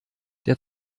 der